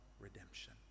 redemption